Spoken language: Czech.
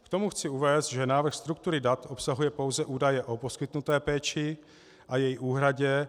K tomu chci uvést, že návrh struktury dat obsahuje pouze údaje o poskytnuté péči a její úhradě.